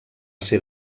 ser